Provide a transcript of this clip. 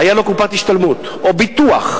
היתה לו קופת השתלמות או ביטוח,